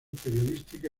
periodística